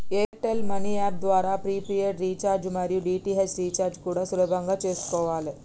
air tell money app ద్వారా prepaid recharge మరియు DTH recharge కూడా సులభంగా చేసుకోవాలే